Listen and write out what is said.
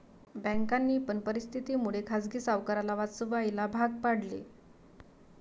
बँकांनी पण परिस्थिती मुळे खाजगी सावकाराला वाचवायला भाग पाडले